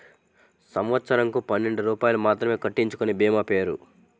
సంవత్సరంకు పన్నెండు రూపాయలు మాత్రమే కట్టించుకొనే భీమా పేరు?